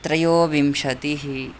त्रयोविंशतिः